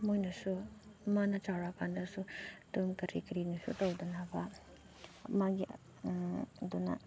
ꯃꯣꯏꯅꯁꯨ ꯃꯥꯅ ꯆꯥꯎꯔꯛꯑꯀꯥꯟꯗꯁꯨ ꯑꯗꯨꯝ ꯀꯔꯤ ꯀꯔꯤꯅꯣꯁꯨ ꯇꯧꯗꯅꯕ ꯃꯥꯒꯤ ꯑꯗꯨꯅ